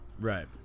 right